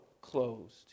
closed